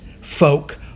folk